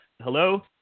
Hello